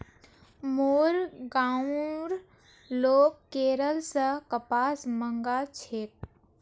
मोर गांउर लोग केरल स कपास मंगा छेक